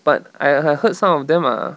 but I I heard some of them are